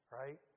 right